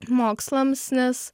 mokslams nes